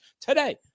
today